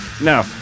No